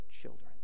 children